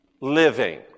living